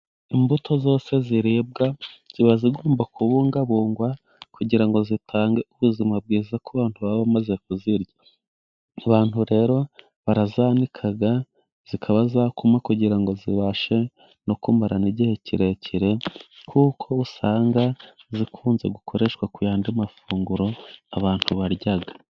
Imbuto zose ziribwa, ziba zigomba kubungwabungwa kugira ngo zitange ubuzima bwiza ku bantu baba bamaze kuzirya, abantu rero barazanika zikaba zakuma kugira ngo zibashe no kumara n'igihe kirekire, kuko usanga zikunze gukoreshwa ku yandi mafunguro abantu barya.